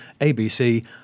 ABC